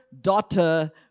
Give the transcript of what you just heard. daughter